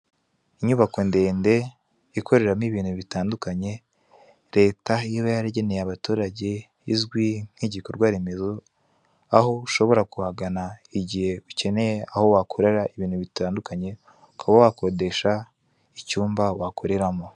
Inyubako ndende ikoreramo ibintu bitandukanye, leta iba yarageneye abaturage, izwi nk'igikorwa remezo, aho ushobora kuhagana igihe ukeneye aho wakorera ibintu bitandukanye, ukaba wakodesha icyumba wakoreramo.